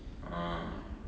uh